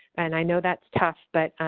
and i know that's tough, but,